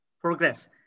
progress